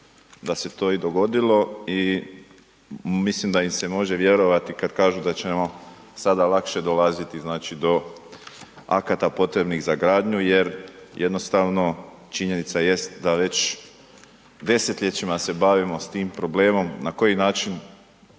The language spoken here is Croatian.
da se to i dogodilo i mislim da im se može vjerovati kad kažu da ćemo sada lakše dolaziti, znači, do akata potrebnih za gradnju jer jednostavno činjenica jest da već desetljećima se bavimo s tim problemom, na koji način